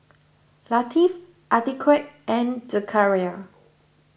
Latif Atiqah and Zakaria